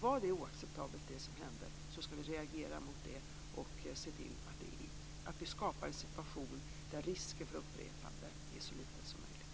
Var det som hände oacceptabelt, skall vi reagera mot detta och se till att skapa en situation där risken för upprepande är så liten som möjligt.